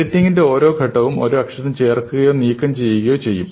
എഡിറ്റിംഗിന്റെ ഓരോ ഘട്ടവും ഒരു അക്ഷരം ചേർക്കുകയോ നീക്കംചെയ്യുകയോ ചെയ്യും